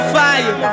fire